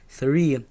three